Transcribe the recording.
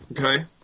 Okay